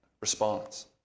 response